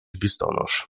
biustonosz